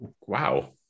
wow